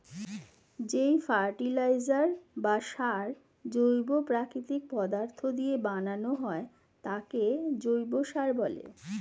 যেই ফার্টিলাইজার বা সার জৈব প্রাকৃতিক পদার্থ দিয়ে বানানো হয় তাকে জৈব সার বলে